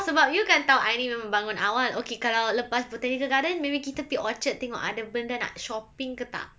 sebab you kan tahu I ni memang bangun awal okay kalau lepas botanical gardens maybe kita gi orchard tengok ada benda nak shopping ke tak